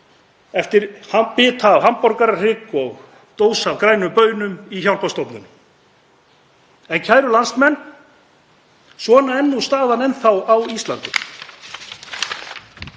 eftir bita af hamborgarahrygg og dós af grænum baunum hjá hjálparstofnunum. En, kæru landsmenn, svona er nú staðan enn þá á Íslandi.